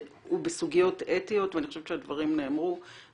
בסוגיות אתיות ואני חושבת שהדברים נאמרו.